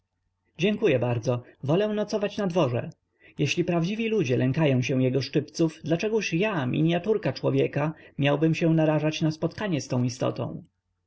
dziękuję wolę nocować na dworze jeśli prawdziwi ludzie lękają się jego szczypców dlaczegóż ja miniaturka człowieka miałbym się narażać na spotkanie z tą istotą